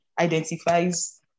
identifies